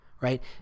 Right